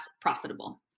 profitable